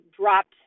dropped